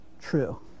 true